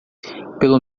pelo